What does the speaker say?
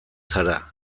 zara